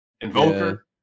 Invoker